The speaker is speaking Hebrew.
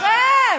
בכם.